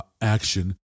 action